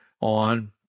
on